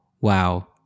wow